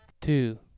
two